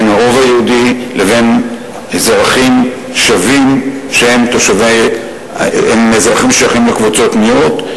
בין הרוב היהודי לבין אזרחים שווים שהם אזרחים ששייכים לקבוצות מיעוט.